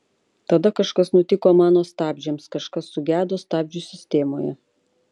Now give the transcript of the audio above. tada kažkas nutiko mano stabdžiams kažkas sugedo stabdžių sistemoje